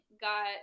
got